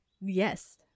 Yes